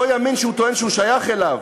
אותו ימין שהוא טוען שהוא שייך אליו,